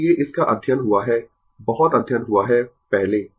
इसलिए इसका अध्ययन हुआ है बहुत अध्ययन हुआ है पहले